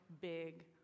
big